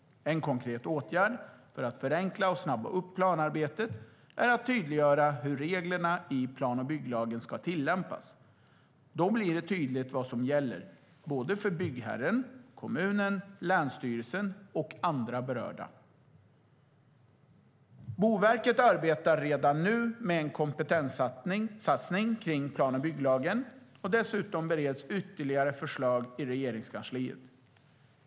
En konkret åtgärd för att förenkla och snabba upp planarbetet är att tydliggöra hur reglerna i plan och bygglagen ska tillämpas. Då blir det tydligt vad som gäller för såväl byggherren, kommunen och länsstyrelsen som andra berörda. Boverket arbetar redan nu med en kompetenssatsning kring plan och bygglagen. Dessutom bereds ytterligare förslag i Regeringskansliet.